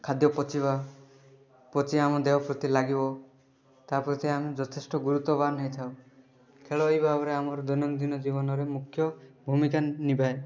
ଖାଦ୍ୟ ପଚିବା ପଚି ଆମ ଦେହ ପ୍ରତି ଲାଗିବ ତା' ପ୍ରତି ଆମେ ଯଥେଷ୍ଟ ଗୁରୁତ୍ୱବାନ୍ ହେଇଥାଉ ଖେଳ ଏହି ଭାବରେ ଆମ ଦୈନନ୍ଦିନ ଜୀବନରେ ମୁଖ୍ୟ ଭୂମିକା ନିଭାଏ